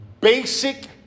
basic